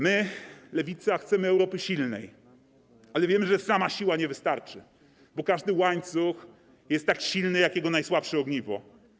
My, Lewica, chcemy Europy silnej, ale wiemy, że sama siła nie wystarczy, bo każdy łańcuch jest tak silny jak jego najsłabsze ogniwo.